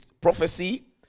prophecy